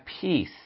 peace